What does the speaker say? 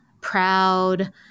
proud